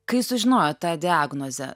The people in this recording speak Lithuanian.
kai sužinojot tą diagnozę